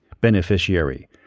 beneficiary